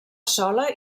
sola